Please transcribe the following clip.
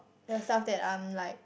there are stuff that I'm like